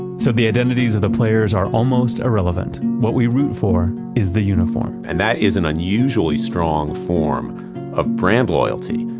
so the identities of the players are almost irrelevant. what we root for is the uniform. and that is an unusually strong form of brand loyalty.